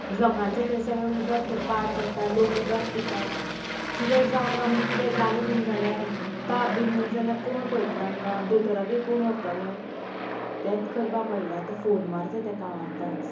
लोकांचें थंय सगळें उदक थंय पाड पडटा लोक उदक पिता कितें जावन आमकां किदें जालें बीन जाल्यार ताप बीन येयलें जाल्यार कोण पयतलो आमकां दोतोराकय कोण व्हरतलो तेत करपा पडलें आतां फोन मारता तेका हांव आतांच